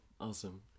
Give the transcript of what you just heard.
Awesome